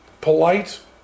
polite